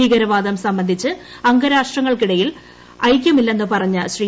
ഭീകരവാദം സംബന്ധിച്ച് അംഗരാഷ്ട്രങ്ങൾക്കിടയിൽ ഐക്യം ഇല്ലെന്ന് പറഞ്ഞ ശ്രീ